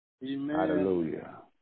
Hallelujah